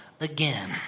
again